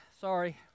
Sorry